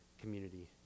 community